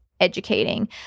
educating